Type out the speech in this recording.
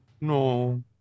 No